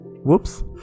whoops